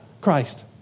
Christ